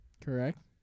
Correct